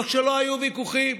לא שלא היו ויכוחים,